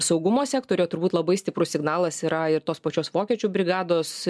saugumo sektoriuje turbūt labai stiprus signalas yra ir tos pačios vokiečių brigados